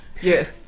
yes